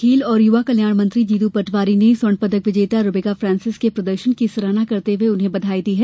प्रदेश के खेल और युवा कल्याण मंत्री जीतू पटवारी ने स्वर्ण पदक विजेता रूबिका के प्रदर्शन की सराहना करते हुए उन्हें बधाई दी है